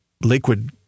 liquid